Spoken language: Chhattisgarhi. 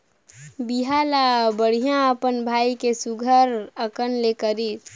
बिहा ल बड़िहा अपन भाई के सुग्घर अकन ले करिसे